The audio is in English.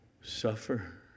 suffer